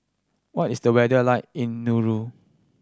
what is the weather like in Nauru